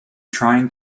trying